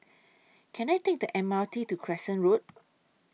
Can I Take The M R T to Crescent Road